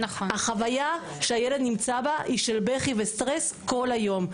החוויה שהילד נמצא בה היא של בכי וסטרס כל היום,